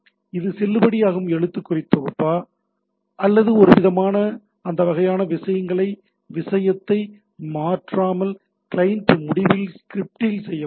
இது செல்லுபடியாகும் எழுத்துக்குறி தொகுப்பா அல்லது ஒருவிதமான அந்த வகையான விஷயங்களை விஷயத்தை மாற்றாமல் கிளையன்ட் முடிவில் ஸ்கிரிப்ட்டில் செய்ய முடியும்